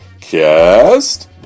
Cast